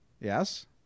Yes